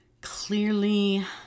clearly